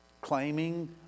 claiming